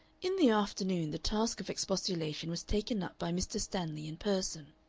in the afternoon the task of expostulation was taken up by mr. stanley in person.